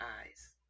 eyes